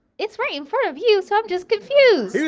it's right in front of you, so i'm just confused.